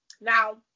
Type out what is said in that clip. Now